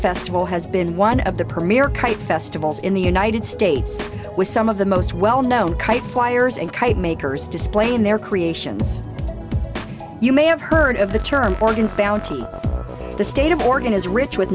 festival has been one of the premier kite festivals in the united states with some of the most well known kite flyers and makers displaying their creations you may have heard of the term organs bounty the state of oregon is rich with